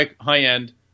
high-end